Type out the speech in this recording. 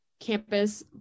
campus